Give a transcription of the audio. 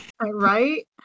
Right